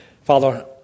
Father